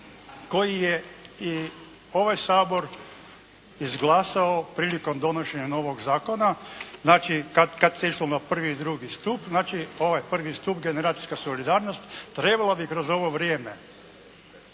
koji je i ovaj Sabor izglasao prilikom donošenja novog zakona. Znači kada se išlo na 1. i 2. stup, znači ovaj 1. stup generacijska solidarnost trebalo bi kroz ovo vrijeme,